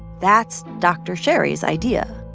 that's dr. sherry's idea,